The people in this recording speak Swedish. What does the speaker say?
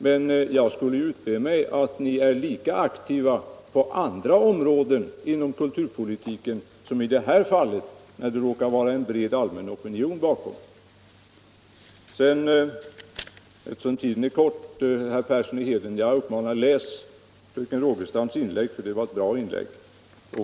Men jag skulle vilja utbe mig att ni är lika aktiva på andra områden inom kulturpolitiken som i det här fallet, när det råkar finnas en bred allmän opinion bakom. Eftersom tiden är kort vill jag uppmana herr Persson i Heden att läsa fröken Rogestams inlägg; det var ett bra inlägg.